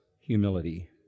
humility